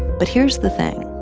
but here's the thing.